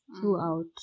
throughout